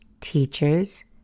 teachers